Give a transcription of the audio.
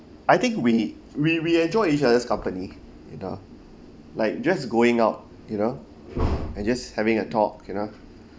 I think we we we enjoyed each other's company you know like just going out you know and just having a talk you know